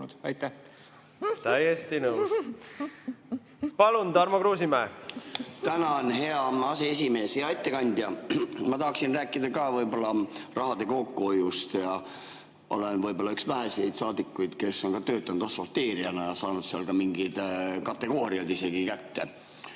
Palun, Tarmo Kruusimäe! Tänan, hea aseesimees! Hea ettekandja! Ma tahaksin rääkida ka võib-olla raha kokkuhoiust. Olen võib-olla üks väheseid saadikuid, kes on töötanud asfalteerijana ja saanud seal isegi ka mingid kategooriad kätte.